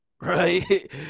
right